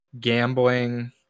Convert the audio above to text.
gambling